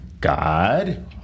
God